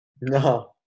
No